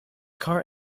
car